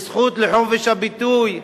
יש זכות לחופש הביטוי,